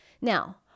Now